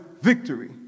victory